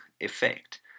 effect